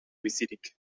bizirik